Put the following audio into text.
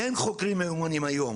אין חוקרים מיומנים היום,